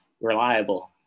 reliable